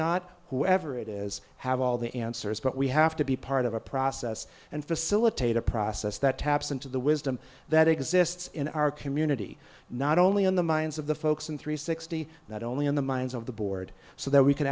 not whoever it is have all the answers but we have to be part of a process and facilitate a process that taps into the wisdom that exists in our community not only in the minds of the folks in three sixty not only in the minds of the board so that we can